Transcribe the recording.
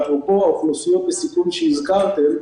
אפרופו האוכלוסיות בסיכון שהזכרתם,